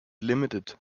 limited